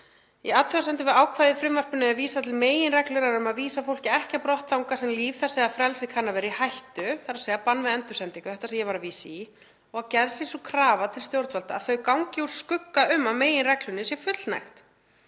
„Í athugasemdum við ákvæðið í frumvarpinu er vísað til meginreglunnar um að vísa fólki ekki brott þangað sem líf þess eða frelsi kann að vera í hættu“ — þ.e. bann við endursendingu, þetta sem ég var að vísa í — „og að gerð sé sú krafa til stjórnvalda að þau gangi úr skugga um að meginreglunni sé fullnægt.